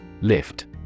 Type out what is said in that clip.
Lift